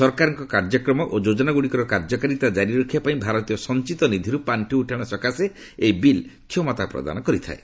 ସରକାରଙ୍କ କାର୍ଯ୍ୟକ୍ରମ ଓ ଯୋଜନା ଗୁଡ଼ିକର କାର୍ଯ୍ୟକାରୀତା କାରି ରଖିବା ପାଇଁ ଭାରତୀୟ ସଞ୍ଚିତ ନୀଧିର୍ ପାର୍ଷି ଉଠାଣ ପାଇଁ ଏହି ବିଲ୍ କ୍ଷମତା ପ୍ରଦାନ କରିଥାଏ